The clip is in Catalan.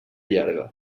llarga